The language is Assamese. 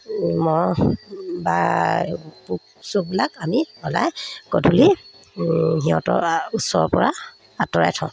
মহ বা পোক চোকবিলাক আমি সদায় গধূলি সিহঁতৰ ওচৰৰ পৰা আঁতৰাই থওঁ